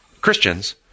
Christians